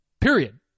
period